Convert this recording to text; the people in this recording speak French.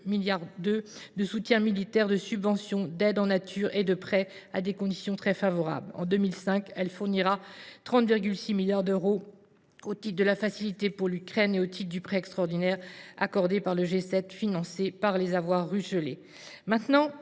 de soutien militaire, de subventions, d’aides en nature et de prêts à des conditions très favorables. En 2025, elle fournira 30,6 milliards d’euros au titre de la facilité pour l’Ukraine et au titre du prêt extraordinaire accordé par le G7 et financé par les avoirs russes